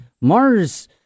Mars